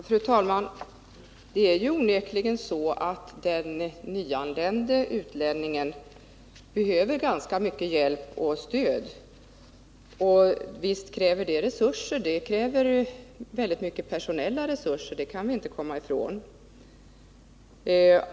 Fru talman! Det är ju onekligen så att den nyanlände utlänningen behöver ganska mycket hjälp och stöd. Visst kräver det resurser — väldigt stora personella och ekonomiska resurser — och det är något som vi inte kan komma ifrån.